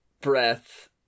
breath